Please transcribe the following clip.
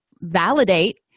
validate